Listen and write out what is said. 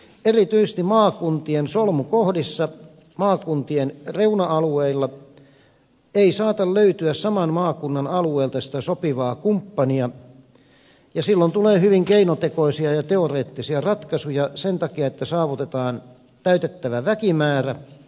erityisesti maakuntien solmukohdissa maakuntien reuna alueilla ei saata löytyä saman maakunnan alueelta sitä sopivaa kumppania ja silloin tulee hyvin keinotekoisia ja teoreettisia ratkaisuja sen takia että saavutetaan täytettävä väkimäärä